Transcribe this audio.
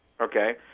okay